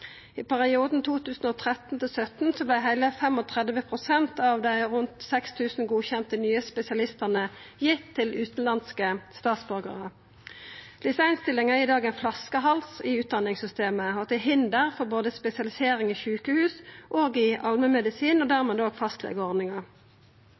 heile 35 pst. av dei rundt 6 000 godkjende nye spesialiststillingane gitt til utanlandske statsborgarar. LIS1-stillingar er i dag ein flaskehals i utdanningssystemet og til hinder for spesialisering både i sjukehus og i allmennmedisin, og